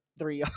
three